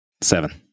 Seven